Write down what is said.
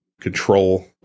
Control